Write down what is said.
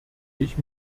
ich